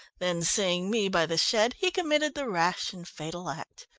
then seeing me by the shed he committed the rash and fatal act.